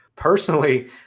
Personally